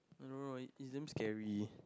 I don't know leh it's damn scary